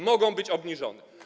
Mogą być obniżone.